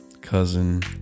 cousin